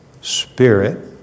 Spirit